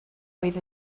oedd